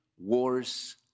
wars